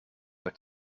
het